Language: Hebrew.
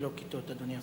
ולא "כִּתות", אדוני השר.